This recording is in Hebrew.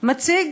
הציג